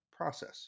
process